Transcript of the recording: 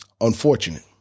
unfortunate